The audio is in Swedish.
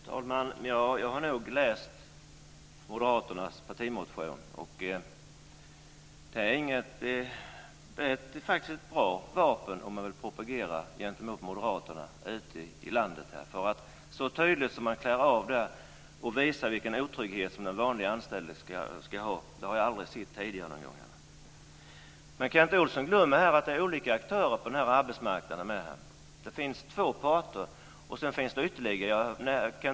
Fru talman! Jag har nog läst moderaternas partimotion. Den är faktiskt ett bra vapen om man vill propagera mot moderaterna ute i landet. Jag har aldrig tidigare sett någon visa så tydligt vilken otrygghet som den vanlige anställde ska ha. Kent Olsson glömmer att det är olika aktörer på arbetsmarknaden. Det finns två parter, och sedan finns det ytterligare aktörer.